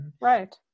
Right